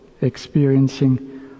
experiencing